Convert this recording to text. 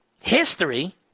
History